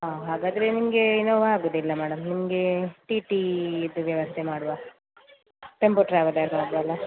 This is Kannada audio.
ಹಾಂ ಹಾಗಾದರೆ ನಿಮಗೆ ಇನೋವಾ ಆಗೋದಿಲ್ಲ ಮೇಡಮ್ ನಿಮಗೆ ಟಿ ಟಿದು ವ್ಯವಸ್ಥೆ ಮಾಡುವ ಟೆಂಪೋ ಟ್ರಾವೆಲರ್ ಅದಲ್ಲ